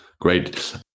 Great